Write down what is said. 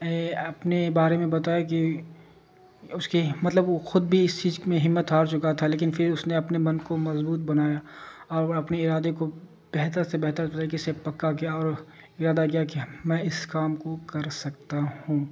اپنے بارے میں بتایا کہ اس کے مطلب وہ خود بھی اس چیز میں ہمت ہار چکا تھا لیکن پھر اس نے اپنے من کو مضبوط بنایا اور اپنے ارادے کو بہتر سے بہتر طریقے سے پکا کیا اور ارادہ کیا کہ میں اس کام کو کر سکتا ہوں